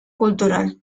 cultural